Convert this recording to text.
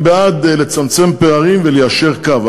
אני בעד לצמצם פערים וליישר קו.